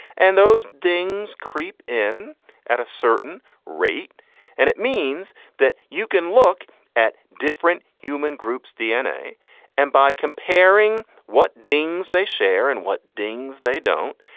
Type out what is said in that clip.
and those dings creep in at a certain rate and it means that you can look at different human groups dna and by comparing what dings they share and what things they don't.